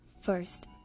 first